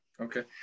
Okay